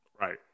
right